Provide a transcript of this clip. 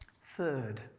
Third